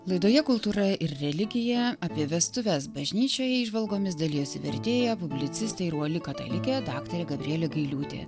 laidoje kultūra ir religija apie vestuves bažnyčioje įžvalgomis dalijosi vertėja publicistė ir uoli katalikė daktarė gabrielė gailiūtė